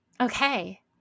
Okay